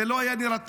זה לא היה נרטיב,